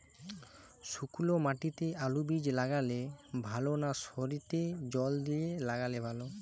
শুক্নো মাটিতে আলুবীজ লাগালে ভালো না সারিতে জল দিয়ে লাগালে ভালো?